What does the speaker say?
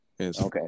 Okay